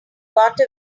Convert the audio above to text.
got